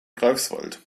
greifswald